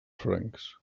francs